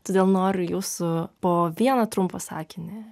todėl noriu jūsų po vieną trumpą sakinį